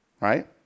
Right